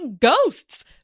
ghosts